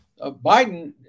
Biden